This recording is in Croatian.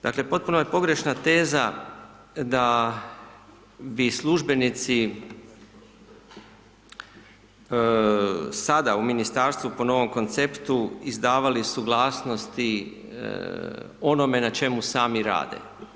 Dakle, potpuno je pogrešna teza da bi službenici sada u Ministarstvu, po novom konceptu, izdavali suglasnosti onome na čemu sami rade.